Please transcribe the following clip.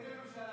איזו ממשלה?